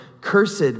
cursed